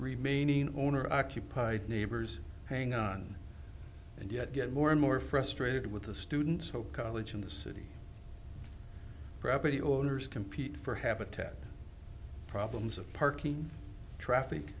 remaining owner occupied neighbors hang on and yet get more and more frustrated with the students so college in the city property owners compete for habitat problems of parking traffic